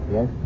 Yes